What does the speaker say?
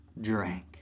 drank